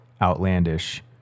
outlandish